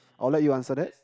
I'll let you answer that